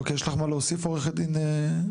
אוקי, יש לך מה להוסיף עורכת דין רוסו?